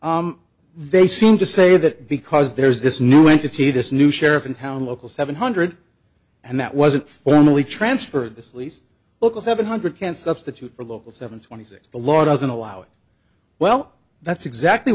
are they seem to say that because there's this new entity this new sheriff in town local seven hundred and that wasn't formally transferred this least local seven hundred can substitute for local seven twenty six the law doesn't allow it well that's exactly